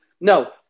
No